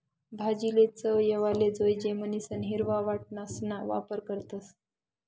भाजीले चव येवाले जोयजे म्हणीसन हिरवा वटाणासणा वापर करतस